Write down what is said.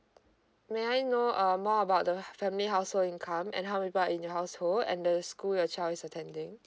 may I know uh more about the uh family household income and how people are in your household and the school your child is attending